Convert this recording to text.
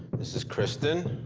this is kristen,